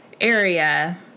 area